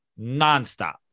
Nonstop